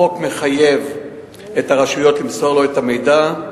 החוק מחייב את הרשויות למסור לו את המידע,